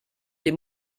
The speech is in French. des